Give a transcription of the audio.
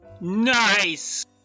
Nice